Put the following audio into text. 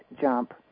jump